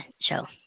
show